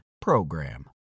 PROGRAM